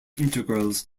integrals